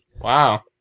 Wow